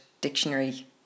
dictionary